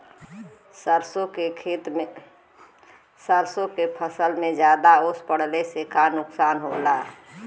सरसों के फसल मे ज्यादा ओस पड़ले से का नुकसान होला?